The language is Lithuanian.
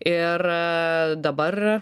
ir dabar